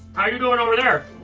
how are you doing over there?